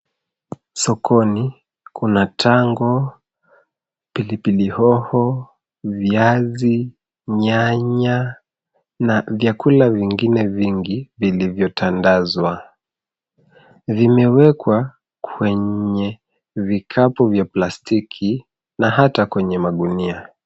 Sokoni kuna tango, pilipili hoho, viazi, nyanya na vyakula vingine vingi vilivyo tangazwa, vimewekwa kwenye vikapu vya plastiki na hata kwenye magunia.